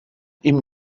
ihm